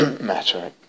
matter